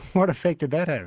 what effect did that have?